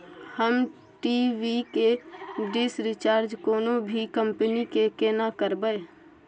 हम टी.वी के dish recharge कोनो भी कंपनी के केना करबे?